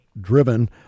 driven